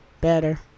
better